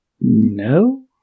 No